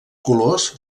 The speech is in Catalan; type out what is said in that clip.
colors